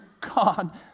God